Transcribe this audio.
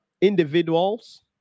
individuals